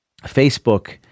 Facebook